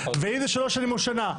ואם זה שלוש שנים או שנה,